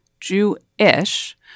Jew-ish